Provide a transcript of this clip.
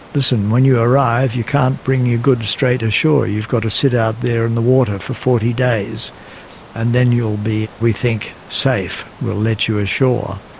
listen, when you arrive you can't bring your goods straight ashore, you've got to sit out there in the water for forty days and then you will be, we think, safe, we'll let you ashore.